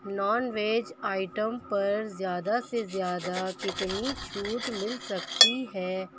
naan veg item پر زیادہ سے زیادہ کتنی چھوٹ مل سکتی ہے